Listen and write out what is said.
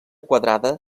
quadrada